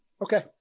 Okay